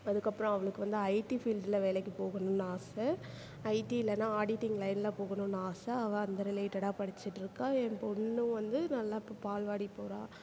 அதுக்கப்பறம் அவளுக்கு வந்து ஐடி ஃபீல்டில் வேலைக்கு போகணும்ன்னு ஆசை ஐடி இல்லைனா ஆடிட்டிங் லைனில் போகணும்ன்னு ஆசை அவள் அந்த ரிலேட்டடாக படிச்சிட்டுருக்கா என் பொண்ணும் வந்து நல்லா இப்போ பால்வாடி போகிறா